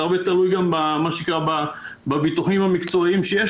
זה הרבה תלוי גם בביטוחים המקצועיים שיש